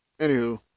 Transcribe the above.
Anywho